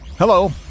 Hello